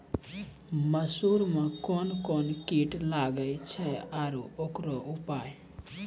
मसूर मे कोन कोन कीट लागेय छैय आरु उकरो उपाय?